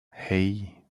hei